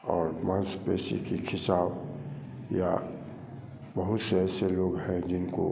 और मांसपेशी के खींचाव या बहुत से ऐसे लोग हैं जिनको